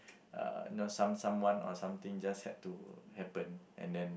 uh you know some someone or something just had to happen and then